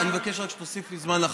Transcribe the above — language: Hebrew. אני מאוד שמח שזה המצב עם הנשיא טראמפ,